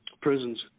prisons